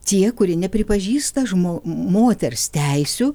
tie kurie nepripažįsta žmog moters teisių